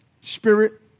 spirit